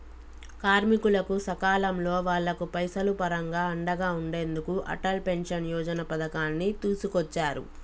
కార్మికులకు సకాలంలో వాళ్లకు పైసలు పరంగా అండగా ఉండెందుకు అటల్ పెన్షన్ యోజన పథకాన్ని తీసుకొచ్చారు